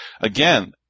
again